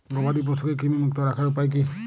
গবাদি পশুকে কৃমিমুক্ত রাখার উপায় কী?